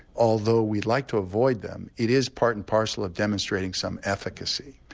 although we'd like to avoid them, it is part and parcel of demonstrating some efficacy.